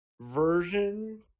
version